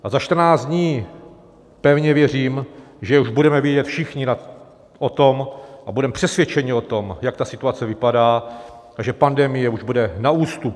A za 14 dní, pevně věřím, že už budeme vědět všichni o tom a budeme přesvědčeni o tom, jak ta situace vypadá a že pandemie už bude na ústupu.